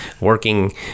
Working